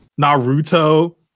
Naruto